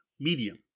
medium